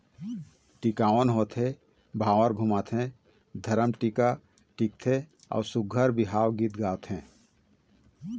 टिकावन होथे, भांवर घुमाथे, धरम टीका टिकथे अउ सुग्घर बिहाव गीत गाथे